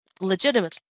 Legitimately